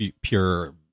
pure